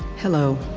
hello.